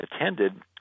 attended